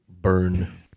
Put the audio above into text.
burn